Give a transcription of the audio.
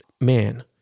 man